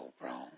wrong